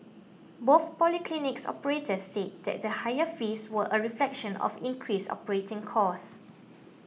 both polyclinics operators said that higher fees were a reflection of increased operating costs